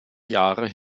jahre